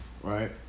Right